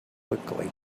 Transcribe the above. quickly